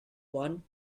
one